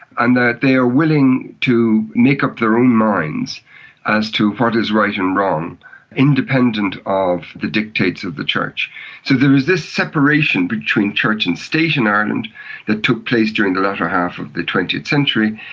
and they are willing to make up their own minds as to what is right and wrong independent of the dictates of the church. so there is this separation between church and state in ireland that took place during the latter half of the twentieth century,